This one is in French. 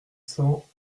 cent